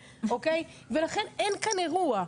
ולכן אין כאן אירוע.